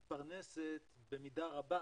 מתפרנסת במידה רבה